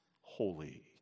holy